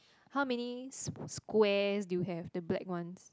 how many s~ squares do you have the black ones